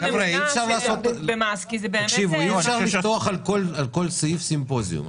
חבר'ה, אי אפשר לפתוח על כל סעיף סימפוזיון.